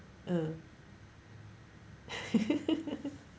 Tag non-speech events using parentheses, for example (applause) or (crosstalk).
uh (laughs)